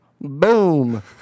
boom